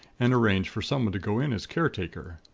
and arrange for someone to go in as caretaker.